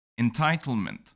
Entitlement